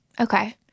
Okay